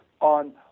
on